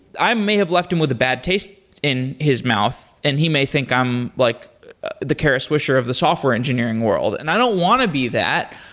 i may have left him with a bad taste in his mouth and he may think i'm like the kara swisher of the software engineering world. and i don't want to be that.